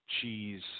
cheese